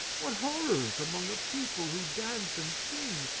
what horrors among a people who dance and sing!